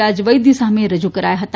રાજવૈદ્ય સમક્ષ રજૂ કરાયા હતા